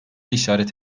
işaret